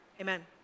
Amen